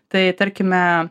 tai tarkime